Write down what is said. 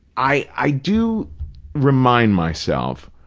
i, i do remind myself,